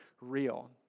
real